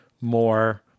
more